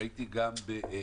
ראיתי גם בפועל.